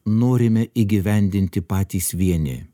norime įgyvendinti patys vieni